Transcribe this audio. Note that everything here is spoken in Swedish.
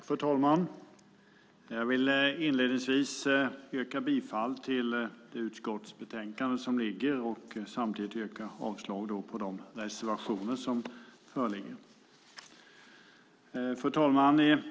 Fru talman! Jag vill inledningsvis yrka bifall till utskottets förslag till beslut och samtidigt yrka avslag på de reservationer som föreligger. Fru talman!